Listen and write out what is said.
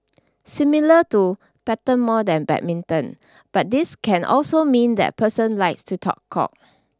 similar to pattern more than badminton but this can also mean that person likes to talk cock